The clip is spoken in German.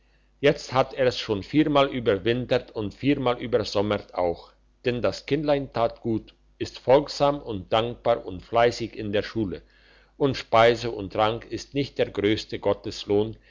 jetzt hat er's schon viermal überwintert und viermal übersommert auch denn das kind tat gut ist folgsam und dankbar und fleissig in der schule und speise und trank ist nicht der grösste gotteslohn